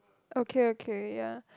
okay okay ya